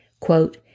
Quote